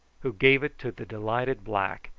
who gave it to the delighted black,